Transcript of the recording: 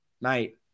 mate